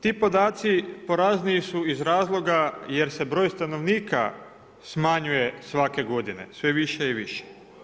Ti podaci porazniji su iz razloga jer se broj stanovnika smanjuje svake godine sve više i više.